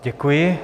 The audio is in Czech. Děkuji.